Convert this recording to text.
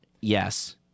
Yes